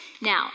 Now